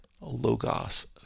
Logos